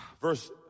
Verse